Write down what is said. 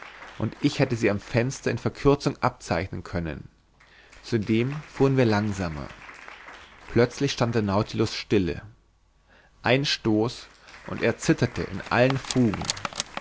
und ich hätte sie am fenster in verkürzung abzeichnen können zudem fuhren wir langsamer plötzlich stand der nautilus stille ein stoß und er zitterte in allen fugen